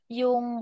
yung